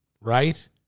right